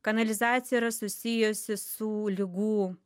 kanalizacija yra susijusi su ligų